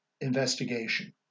investigation